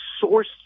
source